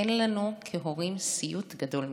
אין לנו כהורים סיוט גדול מזה.